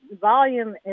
volume